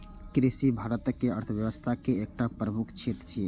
कृषि भारतक अर्थव्यवस्था के एकटा प्रमुख क्षेत्र छियै